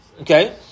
Okay